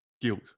Guilt